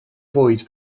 bwyd